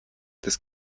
des